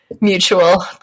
mutual